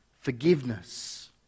forgiveness